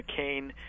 McCain